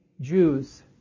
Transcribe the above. Jews